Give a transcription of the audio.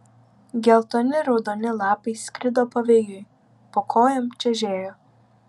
geltoni raudoni lapai skrido pavėjui po kojom čežėjo